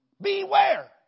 Beware